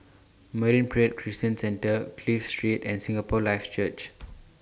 Marine Parade Christian Centre Clive Street and Singapore Life Church